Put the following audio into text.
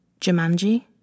Jumanji